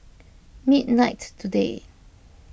midnight today